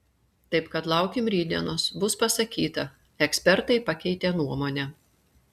taip kad laukim rytdienos bus pasakyta ekspertai pakeitė nuomonę